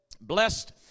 blessed